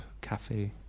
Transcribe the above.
cafe